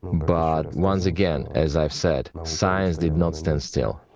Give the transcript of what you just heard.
but once again, as i've said, science did not stand still.